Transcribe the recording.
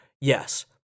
Yes